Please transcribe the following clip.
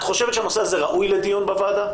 את חושבת שהנושא הזה ראוי לדיון בוועדה?